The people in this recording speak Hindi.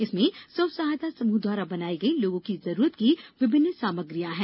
इसमें स्व सहायता समूह द्वारा बनाई गई लोगों की जरूरत की विभिन्न सामग्रीयां है